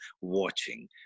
watching